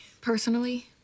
personally